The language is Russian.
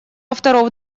авторов